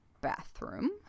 bathroom